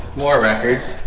more records